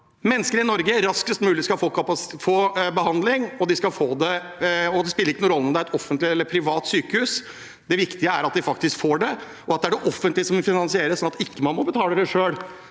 mennesker i Norge raskest mulig skal få behandling. Det spiller ingen rolle om det er et offentlig eller privat sykehus. Det viktige er at de faktisk får det, og at det er det offentlige som finansierer det, sånn at man